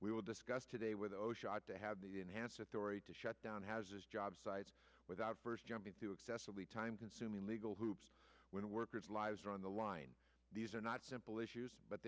we will discuss today with osha to have the enhanced authority to shut down has job sites without first jumping through excessively time consuming legal hoops when workers lives are on the line these are not simple issues but